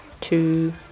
two